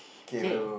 K